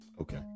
okay